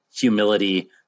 humility